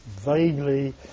vaguely